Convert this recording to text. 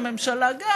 הממשלה גם,